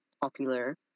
popular